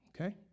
okay